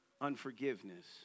Unforgiveness